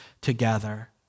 together